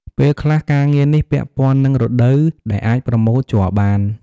ពេលខ្លះ ការងារនេះពាក់ព័ន្ធនឹងរដូវដែលអាចប្រមូលជ័របាន។